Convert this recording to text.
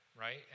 right